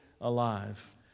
alive